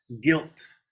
Guilt